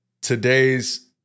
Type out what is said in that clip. Today's